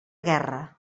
guerra